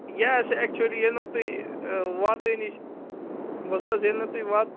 یہ حظ چھِ ایٚکچُؤلی ییٚلہِ نہٕ تُہۍ واتٲنی بوٗزتھٕ حظ ییٚلہِ نہٕ تُہۍ واتٲنی